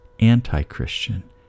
anti-christian